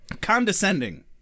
condescending